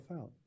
out